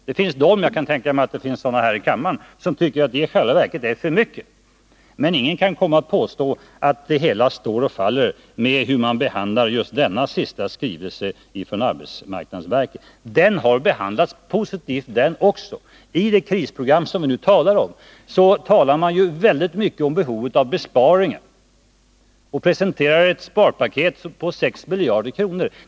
Det finns de — jag kan tänka mig att de finns också här i kammaren — som tycker att detta är för mycket. Men ingen kan komma och påstå att den fulla sysselsättningens politik står och faller med hur man behandlar just denna senaste skrivelse från arbetsmarknadsverket. Också den har behandlats positivt. I det krisprogram som vi nu diskuterar talar vi väldigt mycket om behovet av besparingar, och vi presenterar ett sparpaket på 6 miljarder kronor.